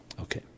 Okay